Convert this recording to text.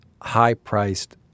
high-priced